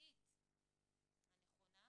והחברתית הנכונה,